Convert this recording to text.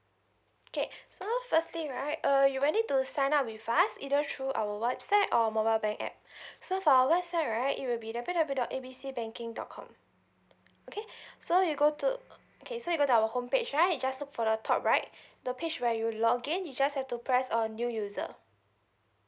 okay so firstly right uh you will need to sign up with us either through our website or mobile bank app so for our website right it will be W_W_W dot A B C banking dot com okay so you go to okay so you go to our home page right just look for the top right the page where you login you just have to press on new user